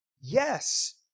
Yes